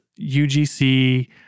UGC